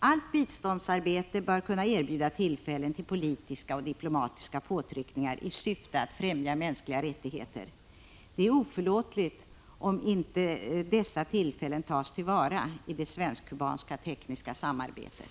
Allt biståndssamarbete bör kunna erbjuda tillfällen till politiska och diplomatiska påtryckningar i syfte att främja mänskliga rättigheter. Det är oförlåtligt om inte dessa tillfällen tas till vara i det svensk-kubanska tekniska samarbetet.